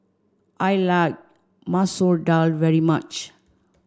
I like Masoor Dal very much